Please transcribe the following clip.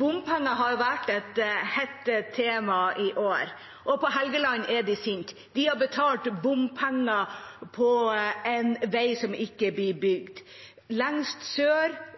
Bompenger har vært et hett tema i år, og på Helgeland er de sinte. De har betalt bompenger til en vei som ikke blir bygd. Lengst sør,